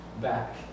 back